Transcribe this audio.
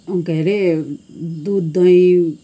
उ के अरे दुध दही